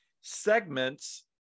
segments